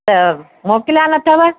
त मोकलिया न अथव